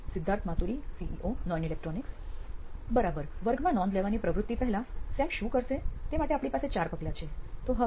Siddharth Maturi CEO નોઇન electronics બરાબર વર્ગમાં નોંધ લેવાની પ્રવૃત્તિ પહેલા સેમ શું કરશે તે માટે આપણી પાસે ચાર પગલાં છે તો હવે